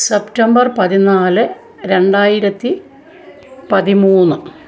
September പതിനാല് രണ്ടായിരത്തി പതിമൂന്ന്